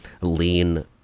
lean